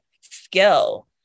skill